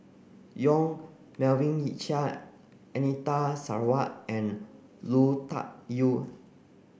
Yong Melvin Yik Chye Anita Sarawak and Lui Tuck Yew